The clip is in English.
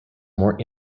more